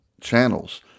channels